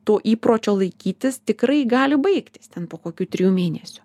to įpročio laikytis tikrai gali baigtis ten po kokių trijų mėnesių